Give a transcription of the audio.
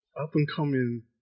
up-and-coming